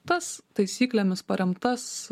tas taisyklėmis paremtas